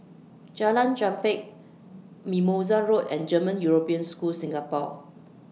Jalan Chempah Mimosa Road and German European School Singapore